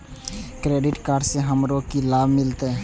Credit card से हमरो की लाभ मिलते?